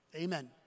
Amen